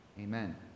Amen